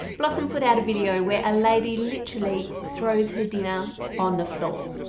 blossom put out a video where a lady literally throws her dinner on the floor.